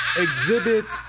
Exhibit